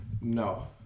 No